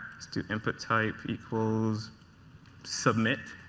let's do input type equals submit.